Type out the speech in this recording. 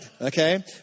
okay